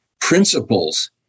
principles